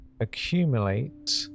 accumulate